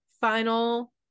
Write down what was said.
final